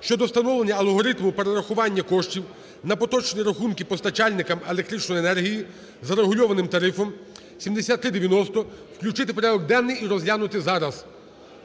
щодо встановлення алгоритму перерахування коштів на поточні рахунки постачальникам електричної енергії за регульованим тарифом (7390) включити в порядок денний і розглянути зараз.